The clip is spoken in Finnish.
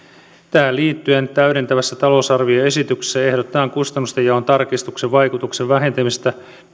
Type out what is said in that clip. tähän liittyen täydentävässä talousarvioesityksessä ehdotetaan kustannustenjaon tarkistuksen vaikutusten vähentämistä